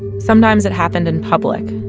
sometimes it happened in public.